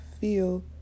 feel